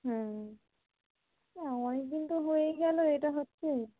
হুম তা অনেকদিন তো হয়ে গেলো এটা হচ্ছে